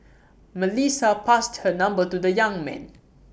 Melissa passed her number to the young man